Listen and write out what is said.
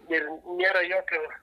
ir nėra jokio